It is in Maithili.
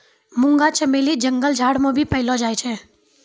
मुंगा चमेली जंगल झाड़ मे भी पैलो जाय छै